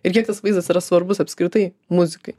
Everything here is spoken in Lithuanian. ir kiek tas vaizdas yra svarbus apskritai muzikai